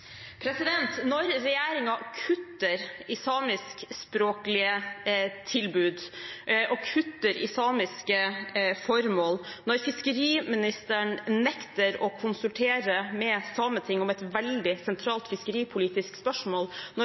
Når regjeringen kutter i samiskspråklige tilbud og kutter i samiske formål, når fiskeriministeren nekter å konsultere med Sametinget om et veldig sentralt fiskeripolitisk spørsmål,